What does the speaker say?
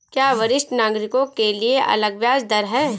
क्या वरिष्ठ नागरिकों के लिए अलग ब्याज दर है?